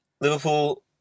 Liverpool